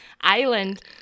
island